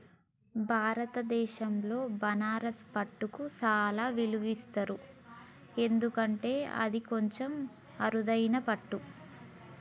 భారతదేశంలో బనారస్ పట్టుకు చాలా విలువ ఇస్తారు ఎందుకంటే అది కొంచెం అరుదైన పట్టు